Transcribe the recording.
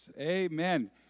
Amen